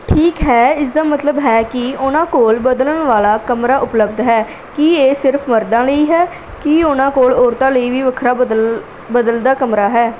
ਠੀਕ ਹੈ ਇਸਦਾ ਮਤਲਬ ਹੈ ਕਿ ਉਹਨਾਂ ਕੋਲ ਬਦਲਣ ਵਾਲਾ ਕਮਰਾ ਉਪਲੱਬਧ ਹੈ ਕੀ ਇਹ ਸਿਰਫ਼ ਮਰਦਾਂ ਲਈ ਹੈ ਕੀ ਉਨ੍ਹਾਂ ਕੋਲ ਔਰਤਾਂ ਲਈ ਵੀ ਵੱਖਰਾ ਬਦਲ ਬਦਲਣ ਦਾ ਕਮਰਾ ਹੈ